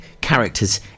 characters